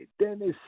Dennis